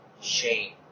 shame